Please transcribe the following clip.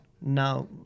Now